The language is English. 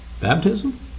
Baptism